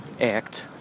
act